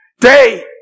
day